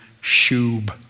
shub